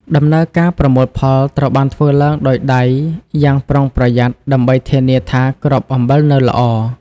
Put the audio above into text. ដំណើរការប្រមូលផលត្រូវបានធ្វើឡើងដោយដៃយ៉ាងប្រុងប្រយ័ត្នដើម្បីធានាថាគ្រាប់អំបិលនៅល្អ។